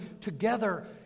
together